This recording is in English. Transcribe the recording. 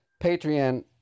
Patreon